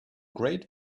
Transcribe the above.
great